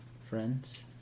Friends